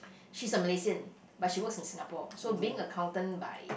she's a Malaysian but she works in Singapore so being an accountant by